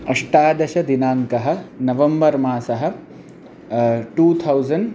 अष्टादशदिनाङ्कः नवम्बर् मासः two thousand